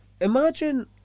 imagine